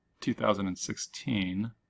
2016